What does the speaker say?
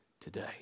today